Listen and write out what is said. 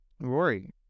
rory